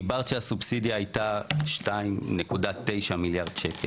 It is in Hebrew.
דיברת על זה שהסובסידיה הייתה 2.9 מיליארד שקלים.